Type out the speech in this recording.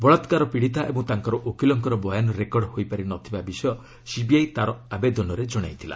ବଳାକ୍କାର ପୀଡ଼ିତା ଏବଂ ତାଙ୍କର ଓକିଲଙ୍କ ବୟାନ ରେକର୍ଡ ହୋଇପାରି ନଥିବା ବିଷୟ ସିବିଆଇ ତା'ର ଆବେଦନରେ ଜଣାଇଥିଲା